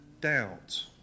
Doubt